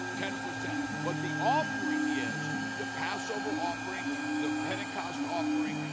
ten percent. but the offering is the passover offering, yeah. the pentecost offering, right.